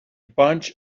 bunch